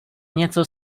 něco